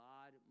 God